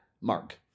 mark